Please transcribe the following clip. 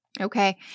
Okay